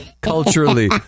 Culturally